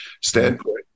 standpoint